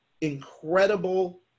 incredible